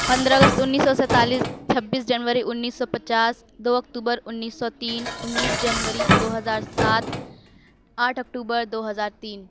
پندرہ اگست انیس سو سیتالیس چھبیس جنوری انیس سو پچاس دو اکتوبر انیس سو تین انیس جنوری دو ہزار سات آٹھ اکتوبر دو ہزار تین